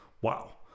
Wow